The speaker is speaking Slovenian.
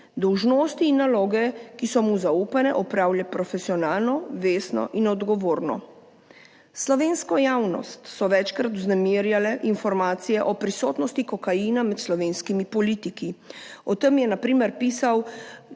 Dolžnosti in naloge, ki so mu zaupane opravlja profesionalno, vestno in odgovorno. Slovensko javnost so večkrat vznemirjale informacije o prisotnosti kokaina med slovenskimi politiki. O tem je na primer pisal